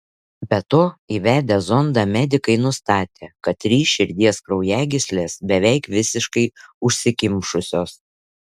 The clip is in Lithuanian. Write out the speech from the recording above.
be to įvedę zondą medikai nustatė kad trys širdies kraujagyslės beveik visiškai užsikimšusios